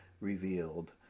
revealed